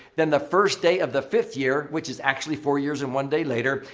then the first day of the fifth year which is actually four years and one day later,